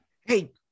Hey